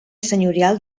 senyorial